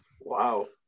Wow